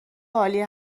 عالی